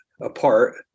apart